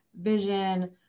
vision